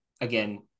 again